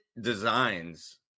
designs